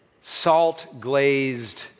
salt-glazed